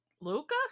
luca